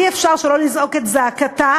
אי-אפשר שלא לזעוק את זעקתה,